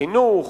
חינוך,